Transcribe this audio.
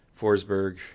Forsberg